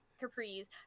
capris